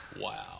wow